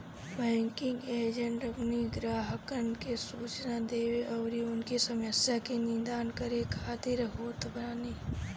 banking agent अपनी ग्राहकन के सूचना देवे अउरी उनकी समस्या के निदान करे खातिर होत बाने